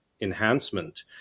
enhancement